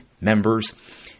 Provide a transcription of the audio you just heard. members